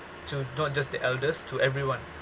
to not just the elders to everyone